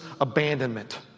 abandonment